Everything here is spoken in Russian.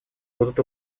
будут